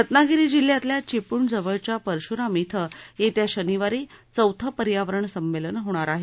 रत्नागिरी जिल्ह्यातल्या चिपळूणजवळच्या परशुराम क्रि येत्या शनिवारी चौथं पर्यावरण संमेलन होणार आहे